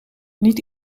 niet